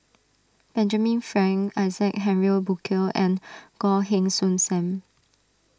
Benjamin Frank Isaac Henry Burkill and Goh Heng Soon Sam